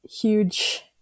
huge